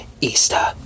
Easter